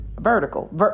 vertical